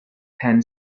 pan